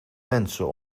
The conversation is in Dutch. mensen